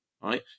right